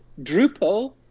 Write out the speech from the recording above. Drupal